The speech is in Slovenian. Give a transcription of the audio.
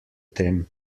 tem